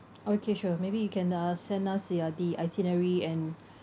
okay sure maybe you can uh send us ya the itinerary and